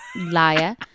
liar